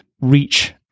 reach